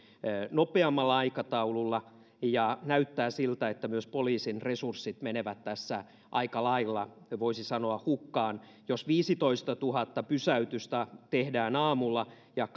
nopeammalla aikataululla ja näyttää siltä että myös poliisin resurssit menevät tässä aika lailla voisi sanoa hukkaan jos viisitoistatuhatta pysäytystä tehdään aamulla ja